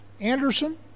Anderson